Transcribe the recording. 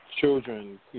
Children